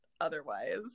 otherwise